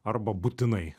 arba būtinai